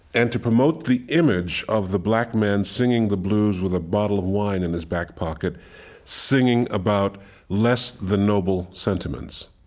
and to promote the image of the black man singing the blues with a bottle of wine in his back pocket singing about less-than-noble sentiments,